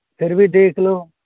फिर भी देख लो